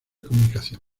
comunicación